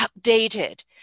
updated